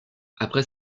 après